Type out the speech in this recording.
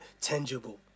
tangible